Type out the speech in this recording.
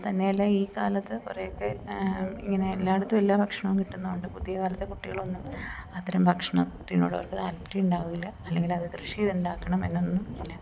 തന്നെ അല്ല ഈ കാലത്ത് കുറേ ഒക്കെ ഇങ്ങനെ എല്ലായിടത്തും എല്ലാ ഭക്ഷണവും കിട്ടുന്നത് കൊണ്ട് പുതിയ കാലത്തെ കുട്ടികളൊന്നും അത്തരം ഭക്ഷണത്തിനോട് അവർക്ക് താല്പര്യമുണ്ടാവില്ല അല്ലെങ്കിൽ അത് കൃഷി ചെയ്തു ഉണ്ടാക്കണം എന്നൊന്നും ഇല്ല